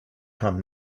come